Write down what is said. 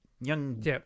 young